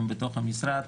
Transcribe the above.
גם בתוך המשרד,